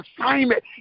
assignment